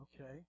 Okay